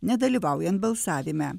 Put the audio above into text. nedalyvaujant balsavime